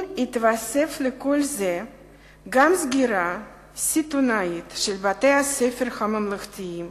אם תתווסף לכל זה גם סגירה סיטונית של בתי-הספר הממלכתיים